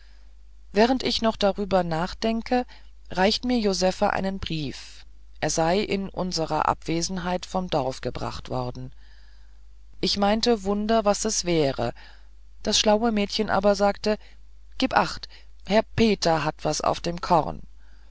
während ich noch darüber nachdenke reicht mir josephe einen brief er sei in unserer abwesenheit vom dorf gebracht worden ich meinte wunder was es wäre das schlaue mädchen aber sagte gib acht herr peter hat was auf dem korn